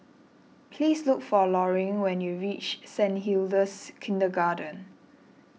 please look for Loring when you reach Saint Hilda's Kindergarten